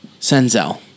Senzel